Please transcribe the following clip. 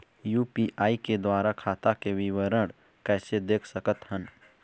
UPI के द्वारा खाता के विवरण कैसे देख सकत हन?